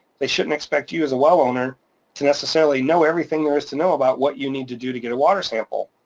they shouldn't expect you you as a well owner to necessarily know everything there is to know about what you need to do to get a water sample,